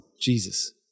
Jesus